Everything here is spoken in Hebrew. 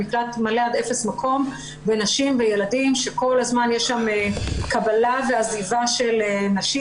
הוא מלא עד אפס מקום בנשים וילדים שכל הזמן יש שם קבלה ועזיבה של נשים,